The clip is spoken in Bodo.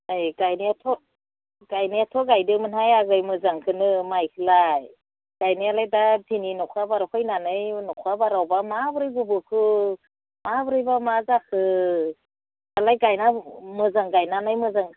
ए गायनायाथ' गायदोंमोनहाय आगै मोजांखौनो माइखौलाय गायनायालाय दा दिनै अखा बार फैनानै दिनै अखा बारावबा माबोरै गबोखो माब्रैबा मा जाखो दालाय गायना मोजां गायनानै मोजां